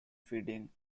feeding